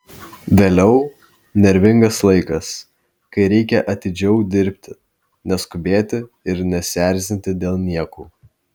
vėliau nervingas laikas kai reikia atidžiau dirbti neskubėti ir nesierzinti dėl niekų